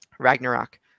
ragnarok